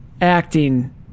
acting